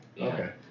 Okay